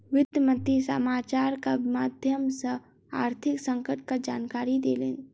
वित्त मंत्री समाचारक माध्यम सॅ आर्थिक संकटक जानकारी देलैन